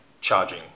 charging